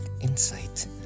insight